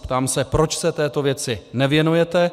Ptám se, proč se této věci nevěnujete.